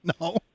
no